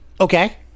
Okay